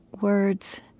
words